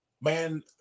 Man